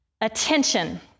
Attention